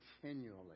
continually